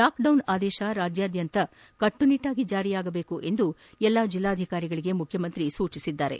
lockdown ಆದೇಶ ರಾಜ್ಯಾದ್ಯಂತ ಕಟ್ವುನಿಟ್ಟಾಗಿ ಜಾರಿಯಾಗಬೇಕು ಎಂದು ಎಲ್ಲಾ ಜಿಲ್ಲಾಧಿಕಾರಿಗಳಿಗೆ ಮುಖ್ಯಮಂತ್ರಿ ಸೂಚಿಸಿದರು